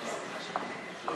קבוצת סיעת יש